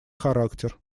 характер